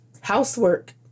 Housework